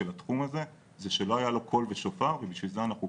של התחום הזה זה שלא היה לו קול ושופר ובשביל זה אנחנו כאן,